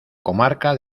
comarca